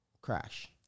crash